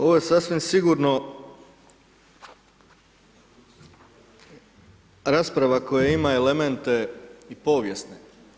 Ovo je sasvim sigurno rasprava koja ima elemente i povijesne.